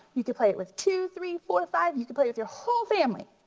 you could play it with two, three, four, five. you could play with your whole family.